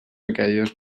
aquelles